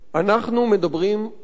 אנחנו מדברים על אקטואליה.